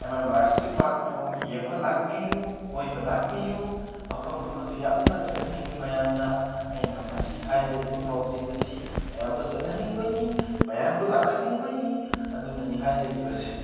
M M R C ꯄꯥꯛꯄꯨ ꯌꯦꯡꯕ ꯂꯥꯛꯄꯤꯌꯨ ꯀꯣꯏꯕ ꯂꯥꯛꯄꯤꯌꯨ ꯃꯐꯝ ꯑꯃꯗꯨ ꯌꯥꯝꯅ ꯆꯠꯍꯟꯅꯤꯡꯉꯤ ꯃꯌꯥꯝꯗ ꯑꯩꯅ ꯃꯁꯤ ꯍꯥꯏꯖꯔꯤꯕ ꯄꯥꯎꯖꯦꯜ ꯑꯁꯤ ꯃꯌꯥꯝꯗ ꯆꯠꯍꯟꯅꯤꯡꯕꯩꯅꯤ ꯃꯌꯥꯝꯕꯨ ꯂꯥꯛꯍꯟꯅꯤꯡꯕꯩꯅꯤ ꯑꯗꯨꯅꯅꯤ ꯍꯥꯏꯖꯔꯤꯕꯁꯦ